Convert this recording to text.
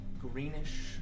greenish